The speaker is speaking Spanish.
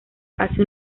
hace